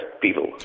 people